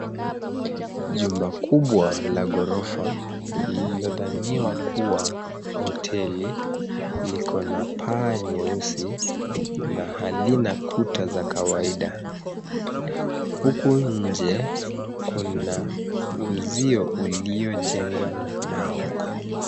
Jumba kubwa la ghorofa lililodhaniwa kua hoteli. Liko na paa nyeusi na halina kuta za kawaida. Huku nje kuna uzio uliojengwa na mawe.